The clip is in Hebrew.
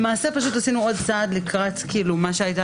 למעשה עשינו עוד צעד לקראת מה שלהבנתי הייתה